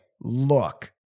look